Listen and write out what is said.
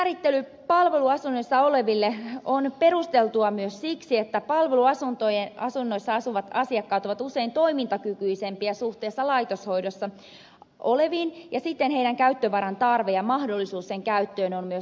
käyttövaran määrittely palveluasunnoissa oleville on perusteltua myös siksi että palveluasunnoissa asuvat asiakkaat ovat usein toimintakykyisempiä suhteessa laitoshoidossa oleviin ja siten heidän käyttövaran tarpeensa ja mahdollisuus sen käyttöön on myös suurempi